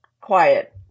quiet